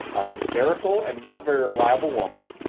a hysterical and not very reliable woman,